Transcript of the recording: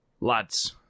Lads